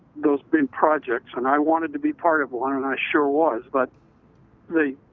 those been projects, and i wanted to be part of one, and i sure was but they